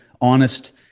honest